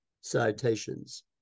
citations